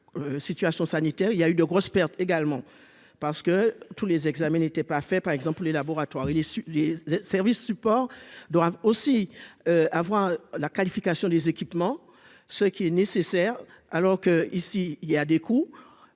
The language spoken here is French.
situation sanitaire, il y a eu de grosses pertes également parce que tous les examens n'étaient pas faits par exemple les laboratoires et les les services supports doivent aussi avoir la qualification des équipements, ce qui est nécessaire, alors qu'ici il y a des coûts